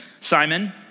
Simon